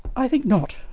i think not.